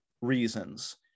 reasons